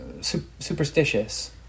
superstitious